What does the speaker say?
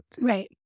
right